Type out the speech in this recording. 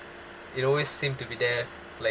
it always seemed to be there like